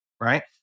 right